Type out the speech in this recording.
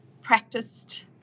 practiced